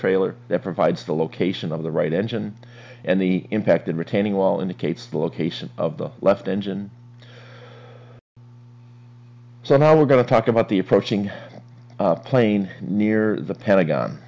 trailer that provides the location of the right engine and the impacted retaining wall indicates the location of the left engine so now we're going to talk about the approaching plane near the pentagon